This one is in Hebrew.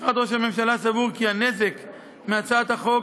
משרד ראש הממשלה סבור כי הנזק מהצעת החוק